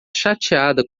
chateada